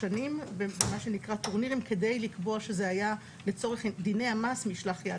שנים במה שנקרא טורנירים כדי לקבוע שזה היה לצורך דיני המס משלח יד.